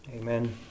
Amen